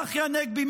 צחי הנגבי.